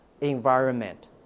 environment